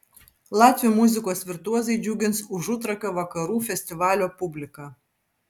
latvių muzikos virtuozai džiugins užutrakio vakarų festivalio publiką